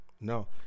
no